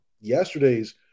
Yesterday's